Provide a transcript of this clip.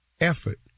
effort